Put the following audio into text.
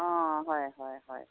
অঁ হয় হয় হয়